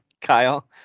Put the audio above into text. kyle